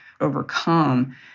overcome